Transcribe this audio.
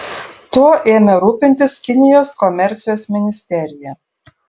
tuo ėmė rūpintis kinijos komercijos ministerija